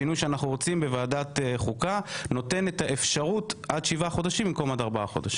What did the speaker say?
אנחנו נותנים אפשרות של שבעה חודשים במקום ארבעה חודשים.